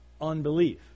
unbelief